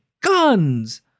guns